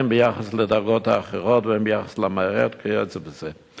הן ביחס לדרגות האחרות והן ביחס למערכת וכיוצא בזה.